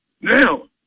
Now